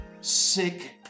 sick